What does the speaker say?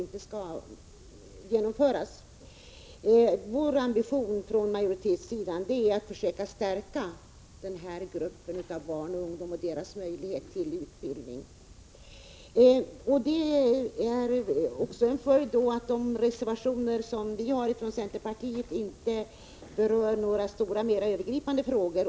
Vi som tillhör majoriteten har ambitionen att försöka stärka denna grupp barns och ungdomars möjligheter till utbildning. De reservationer som centerpartiet har fogat till detta betänkande berör inte några stora och övergripande frågor.